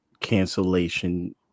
cancellation